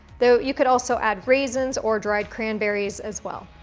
though you could also add raisins or dried cranberries as well.